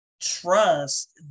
trust